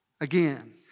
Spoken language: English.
again